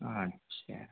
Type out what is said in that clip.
अच्छा